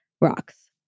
rocks